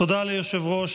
תודה ליושב-ראש